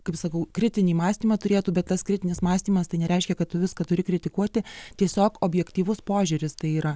kaip sakau kritinį mąstymą turėtų bet tas kritinis mąstymas tai nereiškia kad tu viską turi kritikuoti tiesiog objektyvus požiūris tai yra